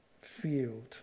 field